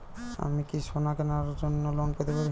আমি কি সোনা কেনার জন্য লোন পেতে পারি?